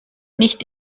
nicht